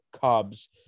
Cubs